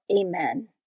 Amen